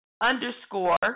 underscore